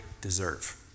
deserve